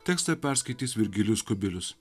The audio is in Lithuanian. tekstą perskaitys virgilijus kubilius